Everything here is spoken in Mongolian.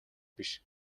биш